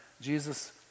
Jesus